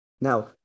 Now